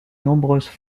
nombreuses